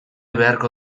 beharko